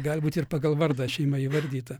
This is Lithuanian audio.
gali būt ir pagal vardą šeima įvardyta